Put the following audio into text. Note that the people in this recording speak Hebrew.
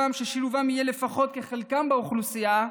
ששילובם יהיה לפחות כחלקם באוכלוסייה,